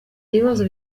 ibibazo